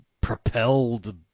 propelled